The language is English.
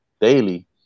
daily